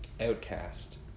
outcast